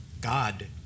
God